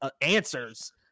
answers